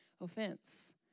offense